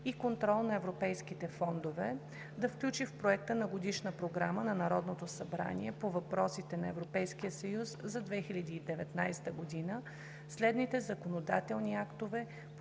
и контрол на европейските фондове да включи в Проекта на Годишна програма на Народното събрание по въпросите на Европейския съюз за 2019 г. следните законодателни актове,